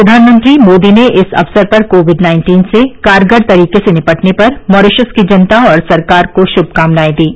प्रधानमंत्री मोदी ने इस अवसर पर कोविड नाइन्टीन से कारगर तरीके से निपटने पर मॉरीशस की जनता और सरकार को शुभकामनाएं दीं